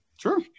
Sure